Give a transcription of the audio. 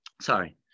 sorry